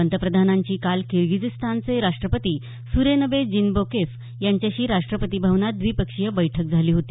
पंतप्रधानांची काल किर्गिजस्तानचे राष्ट्रपती सूरोनबे जीनबेकोफ यांच्याशी राष्ट्रपती भवनात द्विपक्षीय बैठक झाली होती